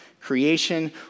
Creation